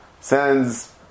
sends